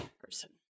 person